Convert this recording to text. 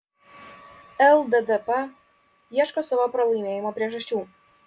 lddp ieško savo pralaimėjimo priežasčių